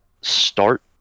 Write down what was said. start